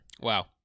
Wow